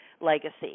Legacy